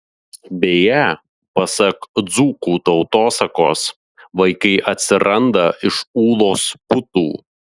beje pasak dzūkų tautosakos vaikai atsiranda iš ūlos putų